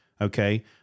Okay